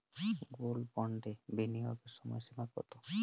Gold বন্ডে বিনিয়োগের সময়সীমা কতো?